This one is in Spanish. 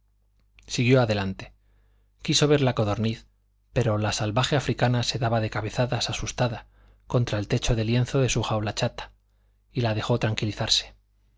siguió adelante quiso ver la codorniz pero la salvaje africana se daba de cabezadas asustada contra el techo de lienzo de su jaula chata y la dejó tranquilizarse